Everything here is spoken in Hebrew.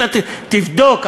תבדוק,